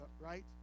right